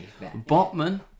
Botman